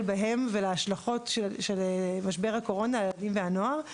בהם וההשלכות של משבר הקורונה על ילדים ונוער.